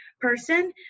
person